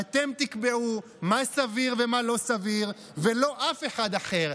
תקבעו מה סביר ומה לא סביר ולא אף אחד אחר,